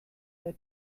der